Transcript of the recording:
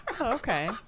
Okay